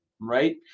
right